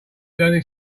learning